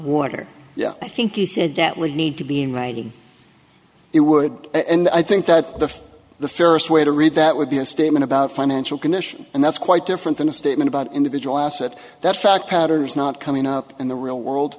water yeah i think that would need to be in writing it would and i think that the the fairest way to read that would be a statement about financial condition and that's quite different than a statement about individual assets that fact pattern is not coming up in the real world